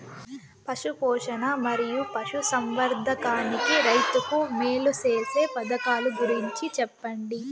పశు పోషణ మరియు పశు సంవర్థకానికి రైతుకు మేలు సేసే పథకాలు గురించి చెప్పండి?